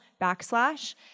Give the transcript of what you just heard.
backslash